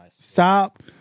Stop